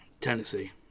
Tennessee